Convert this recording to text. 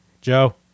Joe